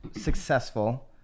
successful